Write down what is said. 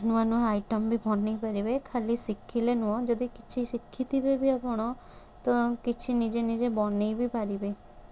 ନୂଆ ନୂଆ ଆଇଟମ ବି ବନାଇ ପାରିବେ ଖାଲି ଶିଖିଲେ ନୁହଁ ଯଦି କିଛି ଶିଖିଥିବେ ବି ଆପଣ ତ କିଛି ନିଜେ ନିଜେ ବନାଇ ବି ପାରିବେ